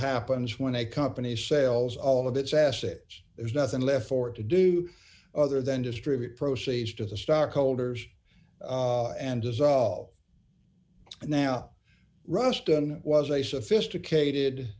happens when a company sells all of its assets d there's nothing left for it to do other than distribute proceeds to the stockholders and dissolve now ruston was a sophisticated